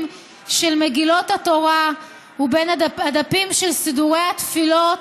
של מגילות התורה ובין הדפים של סידורי התפילות,